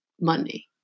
money